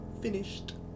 Finished